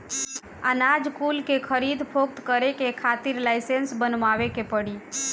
अनाज कुल के खरीद फोक्त करे के खातिर लाइसेंस बनवावे के पड़ी